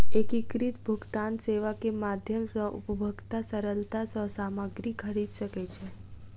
एकीकृत भुगतान सेवा के माध्यम सॅ उपभोगता सरलता सॅ सामग्री खरीद सकै छै